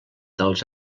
dels